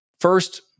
First